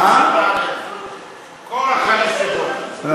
כורח הנסיבות.